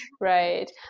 Right